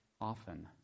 often